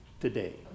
today